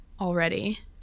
already